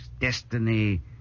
destiny